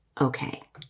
okay